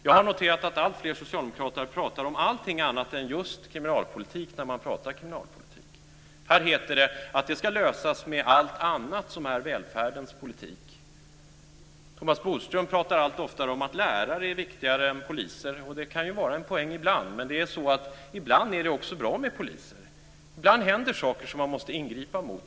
Jag har noterat att alltfler socialdemokrater pratar om allt annat än just kriminalpolitik när man pratar kriminalpolitik. Här heter det att det ska lösas med allt annat, allt som är välfärdens politik. Thomas Bodström pratar allt oftare om att lärare är viktigare än poliser, och det kan ju vara en poäng ibland. Men ibland är det också bra med poliser. Ibland händer det saker som man måste ingripa mot.